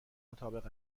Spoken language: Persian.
مطابق